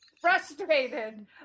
frustrated